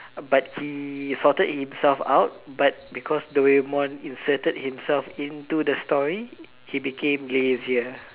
but he sorted himself out but because Doraemon inserted himself into the story he became lazier